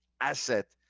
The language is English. asset